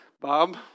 Bob